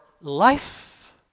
life